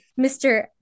Mr